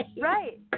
Right